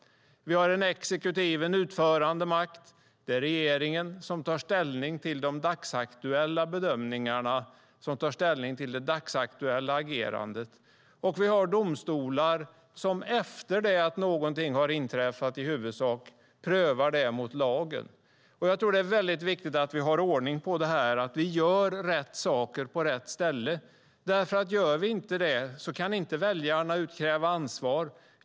Vi har en exekutiv, utförande, makt. Det är regeringen som tar ställning till de dagsaktuella bedömningarna och det dagsaktuella agerandet. Vi har domstolar som i huvudsak efter det att någonting har inträffat prövar det mot lagen. Det är viktigt att vi har ordning på det här och att vi gör rätt saker på rätt ställe. Om vi inte gör det kan inte väljarna utkräva ansvar.